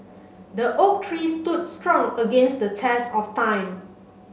the oak tree stood strong against the test of time